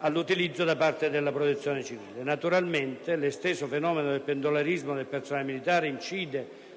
all'utilizzo da parte della Protezione civile. Naturalmente, l'esteso fenomeno del pendolarismo del personale militare incide